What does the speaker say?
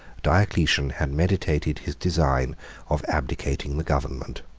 diocletian had meditated his design of abdicating the government.